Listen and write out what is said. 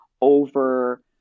over